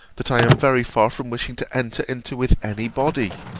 that i am very far from wishing to enter into with any body?